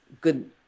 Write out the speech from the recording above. good